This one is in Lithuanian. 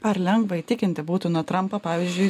ar lengva įtikinti būtų na trampą pavyzdžiui